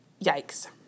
Yikes